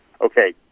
okay